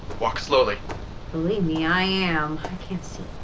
walk slowly believe me, i ah um